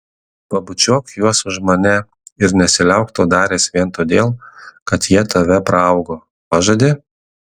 pabučiuok juos už mane ir nesiliauk to daręs vien todėl kad jie tave praaugo pažadi